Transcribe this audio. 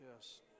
Yes